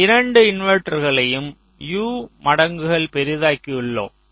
இந்த இரண்டு இன்வெர்ட்டர்களையும் U மடங்குகள் பெரிதாக்கியுள்ளோம்